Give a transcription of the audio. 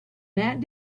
that